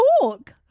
talk